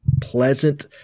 Pleasant